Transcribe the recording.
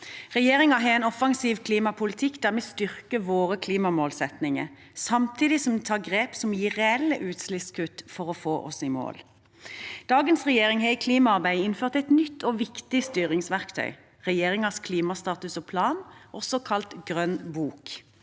Regjeringen har en offensiv klimapolitikk der vi styrker våre klimamålsettinger, samtidig som vi tar grep som gir reelle utslippskutt for å få oss i mål. Dagens regjering har i klimaarbeidet innført et nytt og viktig styringsverktøy, regjeringens klimastatus og -plan, også kalt Grønn bok.